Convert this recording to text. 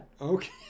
Okay